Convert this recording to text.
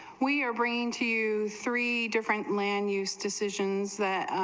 we're bringing to use three different lan use decisions that,